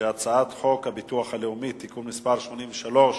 ההצעה להעביר את הצעת חוק הביטוח הלאומי (תיקון מס' 83,